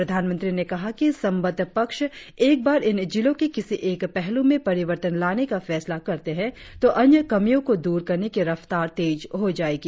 प्रधानमंत्री ने कहा कि संबंद्व पक्ष एक बार इन जिलों के किसी एक पहलू में परिवर्तन लाने का फैसला करते है तो अन्य कमियों को दूर करने की रफ्तार तेज हो जाएगी